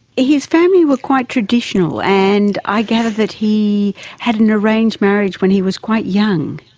his family were quite traditional, and i gather that he had an arranged marriage when he was quite young.